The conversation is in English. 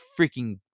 freaking